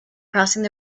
crossing